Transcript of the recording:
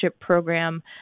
program